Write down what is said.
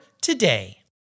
today